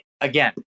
again